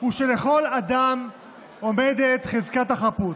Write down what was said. הוא שלכל אדם עומדת חזקת החפות.